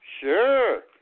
sure